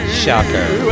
shocker